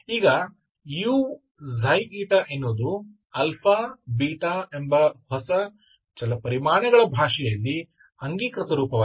ಈ uξηಎನ್ನುವುದು α β ಎಂಬ ಹೊಸ ಚಲಪರಿಮಾಣಗಳ ಪರಿಭಾಷೆಯಲ್ಲಿ ಅಂಗೀಕೃತ ರೂಪವಾಗಿದೆ